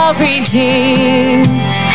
redeemed